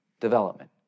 development